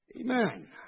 Amen